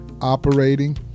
operating